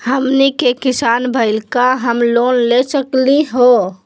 हमनी के किसान भईल, का हम लोन ले सकली हो?